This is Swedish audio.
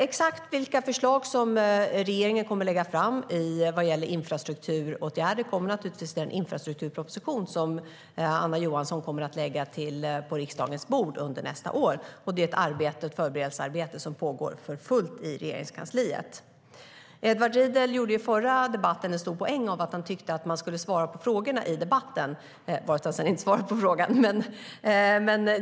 Exakt vilka förslag som regeringen kommer att lägga fram om infrastrukturåtgärder framgår av den infrastrukturproposition som Anna Johansson kommer att lägga på riksdagens bord under nästa år. Förberedelsearbetet pågår för fullt i Regeringskansliet. Edward Riedl gjorde i förra debatten en stor poäng av att han tycker att man ska svara på frågorna i debatten, varefter han sedan inte svarade på frågan.